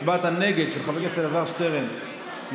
הצבעת הנגד של חבר הכנסת אלעזר שטרן תיספר,